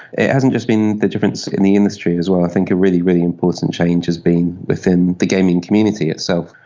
it hasn't just been the difference in the industry as well, i think a really, really important change has been within the gaming community itself.